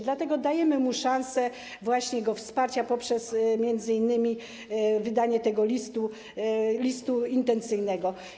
Dlatego dajemy mu szansę właśnie wsparcia go poprzez m.in. wydanie tego listu intencyjnego.